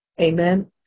Amen